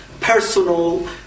personal